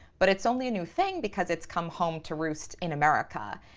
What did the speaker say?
but it's only a new thing because it's come home to roost in america.